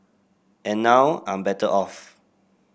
and now I'm better off